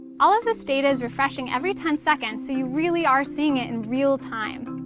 all of this data is refreshing every ten seconds so you really are seeing it in real time.